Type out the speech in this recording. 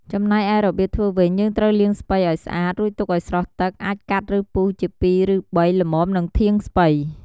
ចំណែកឯរបៀបធ្វើវិញ យេីងត្រូវលាងស្ពៃឱ្យស្អាតរួចទុកឱ្យស្រស់ទឹក អាចកាត់ ឬ ពុះជាពីរឬបី ល្មមនឹងធាងស្ពៃ។